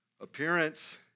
Appearance